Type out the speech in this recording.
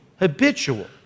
habitual